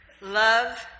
Love